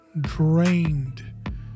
drained